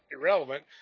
irrelevant